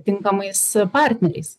tinkamais partneriais